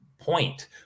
point